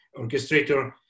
orchestrator